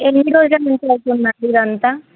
ఎన్ని రోజుల నుంచి అవుతుంది అండి ఇది అంతా